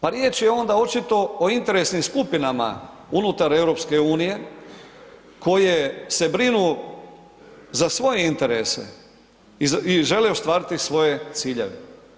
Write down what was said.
Pa riječ je onda očito o interesnim skupinama unutar EU koje se brinu za svoje interese i žele ostvariti svoje ciljeve.